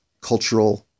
cultural